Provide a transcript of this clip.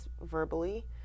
verbally